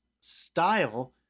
style